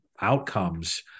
outcomes